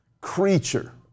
creature